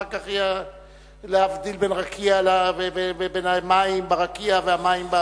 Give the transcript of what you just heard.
ואחר כך: להבדיל בין המים ברקיע והמים,